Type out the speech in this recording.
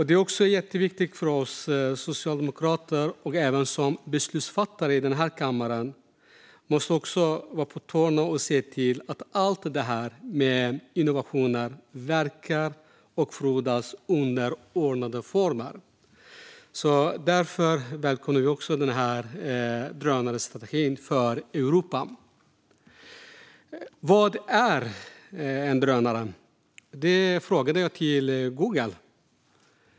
Det är också jätteviktigt för oss socialdemokrater, också som beslutsfattare i den här kammaren, att vara på tårna och se till att allt detta med innovationer verkar och frodas under ordnade former. Därför välkomnar vi drönarstrategin för Europa. Vad är en drönare? Den frågan ställde jag till Google.